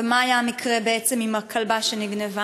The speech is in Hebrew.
3. מה היה המקרה עם הכלבה שנגנבה